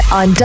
on